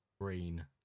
green